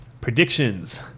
predictions